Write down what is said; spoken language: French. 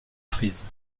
frise